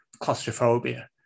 claustrophobia